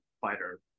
fighter